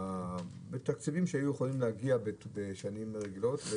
תקציבים שהיו יכולים להגיע בשנים רגילות.